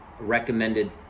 recommended